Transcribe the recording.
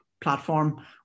platform